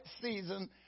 season